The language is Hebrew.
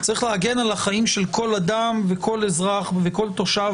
צריך להגן על החיים של כל אדם וכל אזרח וכל תושב